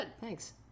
Thanks